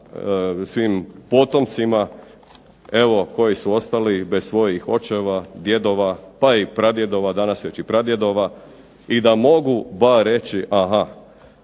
svim potomcima evo koji su ostali bez svojih očeva, djedova, pa i pradjedova, danas već i pradjedova i da mogu bar reći aha,